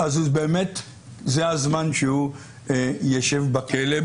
אז באמת זה הזמן שהוא ישב בכלא.